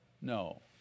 No